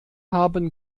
haben